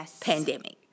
pandemic